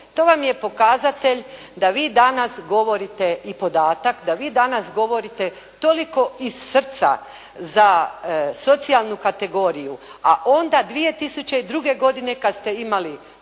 to vam je pokazatelj da vi danas govorite i podatak, da vi danas govorite toliko iz srca za socijalnu kategoriju a onda 2002. godine kada ste imali